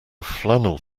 flannel